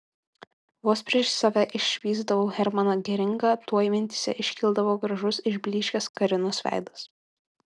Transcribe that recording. vos prieš save išvysdavau hermaną geringą tuoj mintyse iškildavo gražus išblyškęs karinos veidas